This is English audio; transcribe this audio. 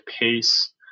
pace